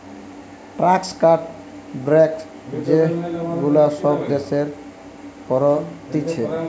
tax cut, break যে গুলা সব দেশের করতিছে